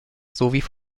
sowie